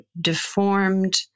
deformed